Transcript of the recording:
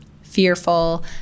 fearful